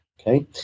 Okay